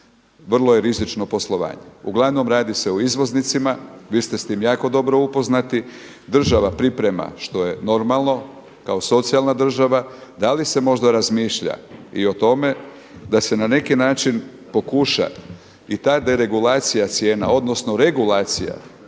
vrlo je rizično poslovanje. Uglavnom radi se o izvoznicima, vi ste s tim jako dobro upoznati, država priprema što je normalno kao socijalna država, da li se možda razmišlja i o tome da se na neki način pokuša i ta deregulacija cijena odnosno regulacija cijena